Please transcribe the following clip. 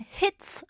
hits